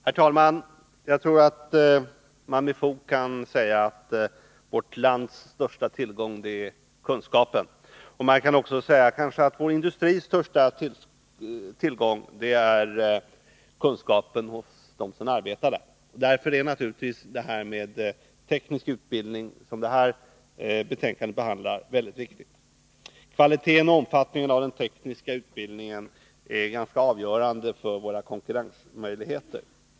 Herr talman! Jag tror att man med fog kan säga att vårt lands största tillgång är kunskapen. Man kan kanske också säga att vår industris största tillgång är kunskapen hos dem som arbetar där. Därför är naturligtvis den tekniska utbildningen, som det här betänkandet behandlar, mycket viktig. Kvaliteten och omfattningen av den tekniska utbildningen är i stor utsträckning avgörande för våra konkurrensmöjligheter.